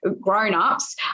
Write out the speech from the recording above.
grown-ups